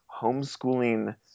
homeschooling –